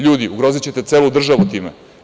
Ljudi, ugrozićete celu državu time.